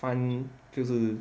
翻就是